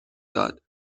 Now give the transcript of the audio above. داد